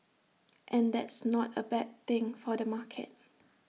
and that's not A bad thing for the market